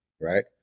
right